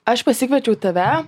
aš pasikviečiau tave